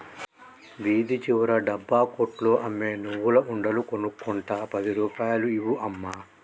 వీధి చివర డబ్బా కొట్లో అమ్మే నువ్వుల ఉండలు కొనుక్కుంట పది రూపాయలు ఇవ్వు అమ్మా